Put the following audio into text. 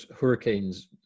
Hurricanes